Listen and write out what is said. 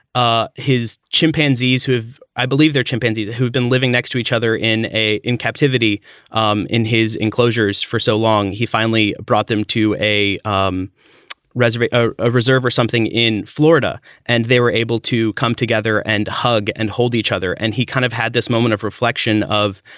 ah his chimpanzees who have i believe they're chimpanzees who've been living next to each other in a in captivity um in his enclosures for so long. he finally brought them to a um resident ah reserve or something in florida. and they were able to come together and hug and hold each other. and he kind of had this moment of reflection of,